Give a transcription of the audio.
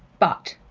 but,